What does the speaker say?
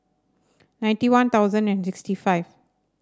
ninety One Thousand and sixty five